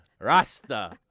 rasta